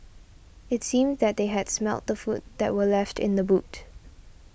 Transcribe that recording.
it seemed that they had smelt the food that were left in the boot